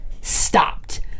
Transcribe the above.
stopped